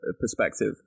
perspective